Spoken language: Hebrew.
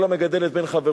כל המגדל את בן חברו,